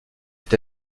est